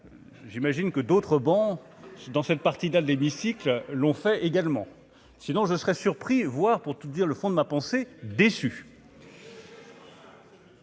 j'imagine que d'autres, bon dans cette partie, dans de l'hémicycle, l'ont fait également, sinon je serais surpris, voire, pour tout dire le fond de ma pensée déçu.